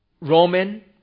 Roman